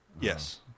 Yes